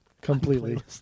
completely